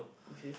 okay